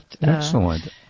Excellent